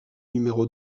numéro